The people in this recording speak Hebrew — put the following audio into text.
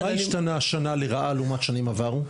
מה השתנה השנה לרעה לעומת שנים עברו?